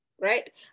Right